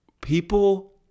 People